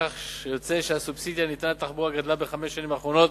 כך יוצא שהסובסידיה הניתנת לתחבורה גדלה בחמש השנים האחרונות